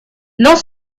dans